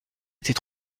était